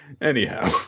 Anyhow